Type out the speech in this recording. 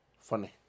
Funny